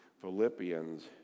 Philippians